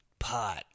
pot